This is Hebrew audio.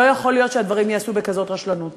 לא יכול להיות שהדברים ייעשו ברשלנות כזאת.